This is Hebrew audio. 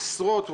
עשרות מיליונים,